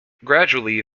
gradually